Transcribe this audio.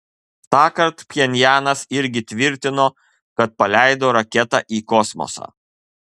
tąkart pchenjanas irgi tvirtino kad paleido raketą į kosmosą